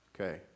Okay